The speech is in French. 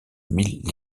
mille